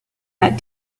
that